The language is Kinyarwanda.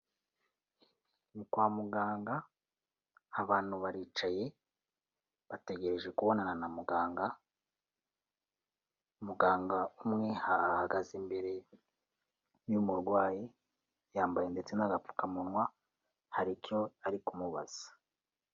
Ni kwa muganga abantu baricaye bategereje kubonana na muganga, muganga umwe ahagaze imbere y'umurwayi, yambaye ndetse n'agapfukamunwa hari icyo ari kumubaza.